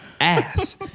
ass